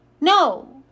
no